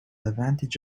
advantage